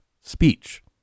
speech